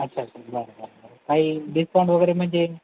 अच्छा अच्छा बरं बरं बरं काही डिस्काउंट वगैरे म्हणजे